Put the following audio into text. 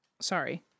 Sorry